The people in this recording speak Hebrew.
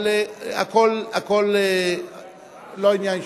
אבל הכול לא עניין אישי.